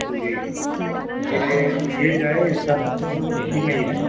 جی یہ یہ جو ہے یہ سب اسی میں ہی ہے